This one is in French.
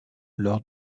lors